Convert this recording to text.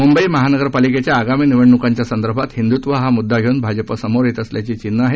मुंबई महानगर पालिकेच्या आगामी निवडणुकांच्या संदर्भात हिंदृत्व हा मुद्दा घेऊन भाजप समोर येत असल्याची चिन्हं आहेत